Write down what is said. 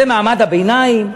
זה מעמד הביניים.